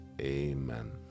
amen